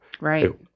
Right